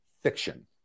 fiction